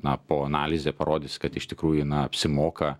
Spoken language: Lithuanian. na po analize parodys kad iš tikrųjų na apsimoka